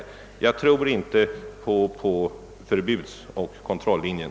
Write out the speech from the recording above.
Jag tror inte på förbudsoch kontrollinjen.